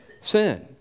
sin